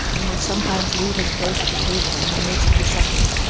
and would sometimes leave his place at the table, in the midst of the supper,